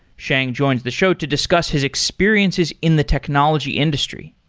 sheng joins the show to discuss his experiences in the technology industry.